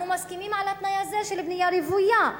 אנחנו מסכימים על התנאי הזה של בנייה רוויה,